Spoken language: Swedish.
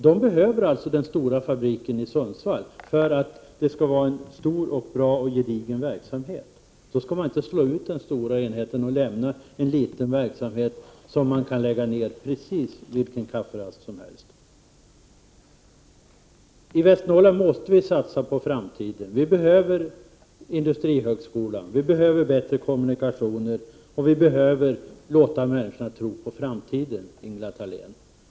De behöver den stora fabriken i Sundsvall för att ha en gedigen verksamhet. Då skall man inte slå ut den stora enheten och lämna en liten verksamhet, som kan läggas ned precis vilken kafferast som helst! I Västernorrland måste vi satsa på framtiden. Vi behöver industrihögskolan, vi behöver bättre kommunikationer och vi behöver låta människorna tro på framtiden.